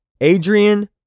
Adrian